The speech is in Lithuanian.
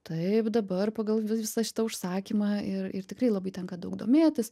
taip dabar pagal visą šitą užsakymą ir ir tikrai labai tenka daug domėtis